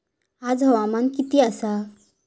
आज हवामान किती आसा?